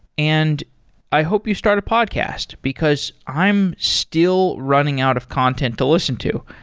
and i hope you start a podcast, because i am still running out of content to listen to.